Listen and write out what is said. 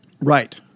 Right